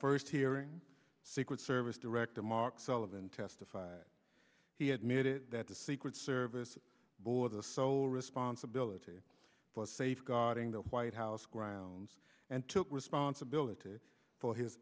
first hearing secret service director mark sullivan testified he admitted that the secret service bore the sole responsibility for safeguarding the white house grounds and took responsibility for his